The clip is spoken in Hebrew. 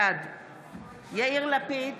בעד יאיר לפיד,